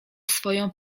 swoją